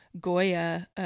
Goya